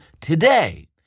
today